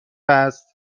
است